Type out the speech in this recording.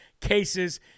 cases